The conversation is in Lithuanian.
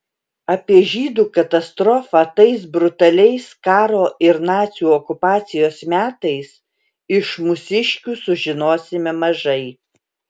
apie žydų katastrofą tais brutaliais karo ir nacių okupacijos metais iš mūsiškių sužinosime mažai